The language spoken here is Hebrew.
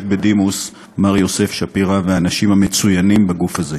בדימוס מר יוסף שפירא והאנשים המצוינים בגוף הזה.